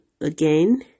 again